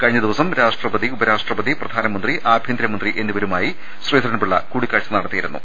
കഴിഞ്ഞ ദിവസം രാഷ്ട്രപതി ഉപരാ ഷ്ട്രപതി പ്രധാനമന്ത്രി ആഭ്യന്തരമന്ത്രി എന്നിവരുമായി ശ്രീധ രൻപിള്ള കൂടിക്കാഴ്ച്ച നടത്തിയിരുന്നു